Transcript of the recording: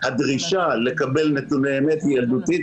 שהדרישה לקבל נתוני אמת היא ילדותית,